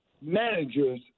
managers